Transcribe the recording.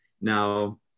Now